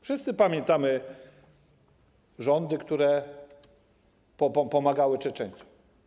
Wszyscy pamiętamy rządy, które pomagały Czeczeńcom.